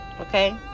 Okay